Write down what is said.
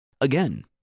Again